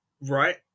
Right